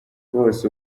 bose